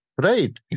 Right